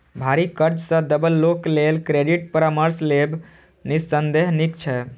भारी कर्ज सं दबल लोक लेल क्रेडिट परामर्श लेब निस्संदेह नीक छै